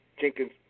Jenkins